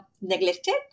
neglected